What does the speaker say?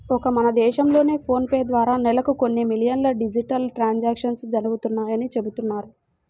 ఒక్క మన దేశంలోనే ఫోన్ పే ద్వారా నెలకు కొన్ని మిలియన్ల డిజిటల్ ట్రాన్సాక్షన్స్ జరుగుతున్నాయని చెబుతున్నారు